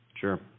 Sure